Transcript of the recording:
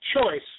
choice